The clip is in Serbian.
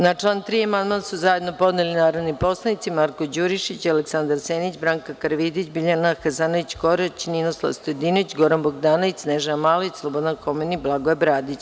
Na član 3. amandman su zajedno podneli narodni poslanici Marko Đurišić, Aleksandar Senić, Branka Karavidić, Biljana Hasanović Korać, Ninoslav Stojadinović, Goran Bogdanović, Snežana Malović, Slobodan Homen i Blagoje Bradić.